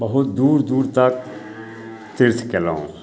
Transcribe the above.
बहुत दूर दूर तक तीर्थ कएलहुँ